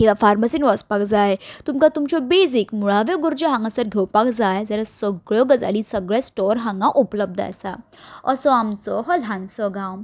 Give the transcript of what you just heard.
किंवां फार्मासीन वचपाक जाय तुमकां तुमच्यो बेजीक मुळाव्यो गरजो हांगासर घेवपाक जाय जाल्यार सगल्यो गजाली सगले स्टोर हांगा उपलब्ध आसा असो आमचो हो ल्हानसो गांव